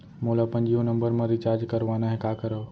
मोला अपन जियो नंबर म रिचार्ज करवाना हे, का करव?